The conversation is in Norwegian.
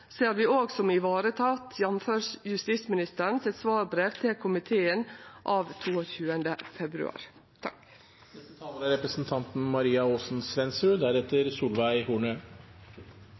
ser vi òg som ivareteke, jf. justisministeren sitt svarbrev til komiteen av 22. februar.